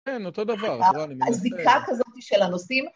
כן, אותו דבר, זה לא אני מנסה. הזיקה כזאת של הנושאים.